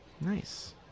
Nice